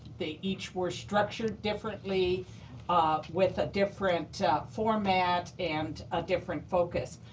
they each were structured differently um with a different format and a different focus.